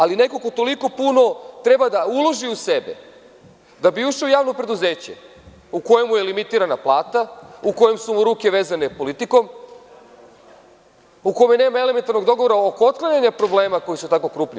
Ali, neko ko toliko puno treba da uloži u sebe, da bi ušao u javno preduzeće u kojem mu je limitirana plata, u kojem su mu ruke vezane politikom, u kome nema elementarnog dogovora oko otklanjanja problema koji su tako krupni.